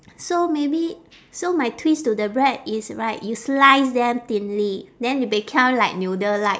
so maybe so my twist to the bread is right you slice them thinly then they become like noodle-like